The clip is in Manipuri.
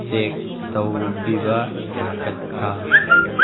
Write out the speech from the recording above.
ꯆꯦꯛ ꯇꯧꯕꯤꯕ ꯌꯥꯒꯗ꯭ꯔꯥ